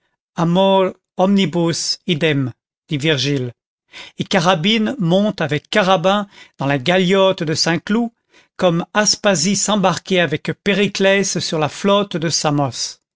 idem dit virgile et carabine monte avec carabin dans la galiote de saint-cloud comme aspasie s'embarquait avec périclès sur la flotte de samos